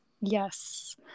Yes